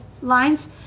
lines